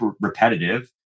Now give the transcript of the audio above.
repetitive